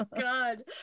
God